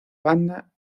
banda